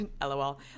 LOL